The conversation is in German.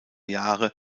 jahre